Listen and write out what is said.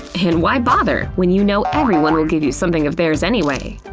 and why bother when you know everyone will give you something of theirs anyway?